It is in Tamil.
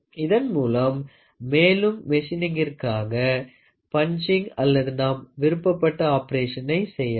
இதன் மூலம் மேலும் மெஷினிங்கிற்காக பஞ்சிங் அல்லது நாம் விருப்பப்பட்ட ஆபரேஷனை செய்யலாம்